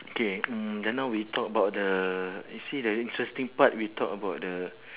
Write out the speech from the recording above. okay mm just now we talk about the you see the interesting part we talk about the